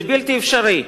זה בלתי אפשרי.